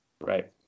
Right